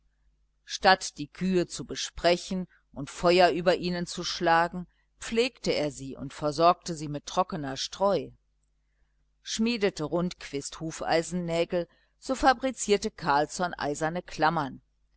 statt die kühe zu besprechen und feuer über ihnen zu schlagen pflegte er sie und versorgte sie mit trockener streu schmiedete rundquist hufeisennägel so fabrizierte carlsson eiserne klammern